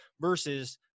versus